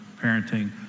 parenting